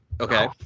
Okay